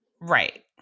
Right